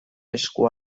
esku